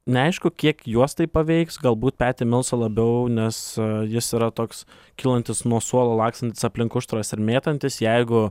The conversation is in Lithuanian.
neaišku kiek juos tai paveiks galbūt petį milsą labiau nes jis yra toks kylantis nuo suolo lakstantis aplink užtvaras ir mėtantis jeigu